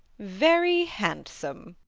very handsome,